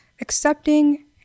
accepting